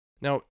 Now